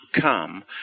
come